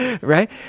Right